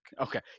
okay